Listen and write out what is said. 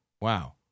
Wow